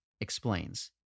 explains